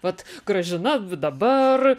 vat gražina v dabar